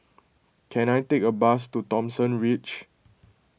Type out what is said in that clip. can I take a bus to Thomson Ridge